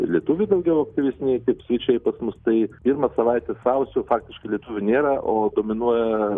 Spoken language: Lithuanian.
ir lietuviai daugiau aktyvesni kaip svečiai pas mus tai tai pirmą savaitę sausio faktiškai lietuvių nėra o dominuoja